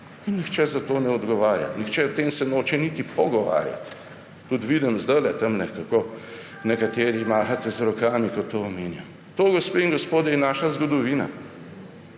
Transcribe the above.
In nihče za to ne odgovarja. Nihče. O tem se noče niti pogovarjati. Tudi vidim zdajle tamle, kako nekateri mahate z rokami, ko to omenjam. To, gospe in gospodje, je naša zgodovina.